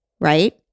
right